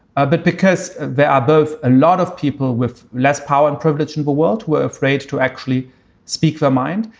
ah but because they are both, a lot of people with less power and privilege in the world were afraid to actually speak their mind.